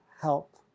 help